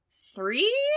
Three